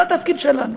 זה התפקיד שלנו.